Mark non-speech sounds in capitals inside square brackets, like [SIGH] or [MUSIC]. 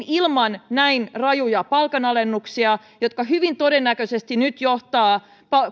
[UNINTELLIGIBLE] ilman näin rajuja palkanalennuksia jotka hyvin todennäköisesti nyt johtavat